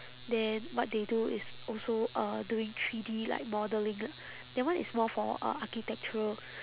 then what they do is also uh doing three D like modelling lah that one is more for uh architectural